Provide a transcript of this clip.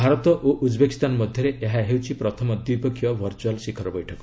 ଭାରତ ଓ ଉକ୍ବେକିସ୍ତାନ ମଧ୍ୟରେ ଏହା ହେଉଛି ପ୍ରଥମ ଦ୍ୱିପକ୍ଷୀୟ ଭର୍ଚ୍ଚଆଲ୍ ଶିଖର ବୈଠକ